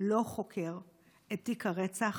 לא חוקר את תיק הרצח